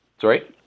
Sorry